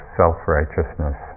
self-righteousness